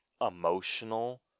emotional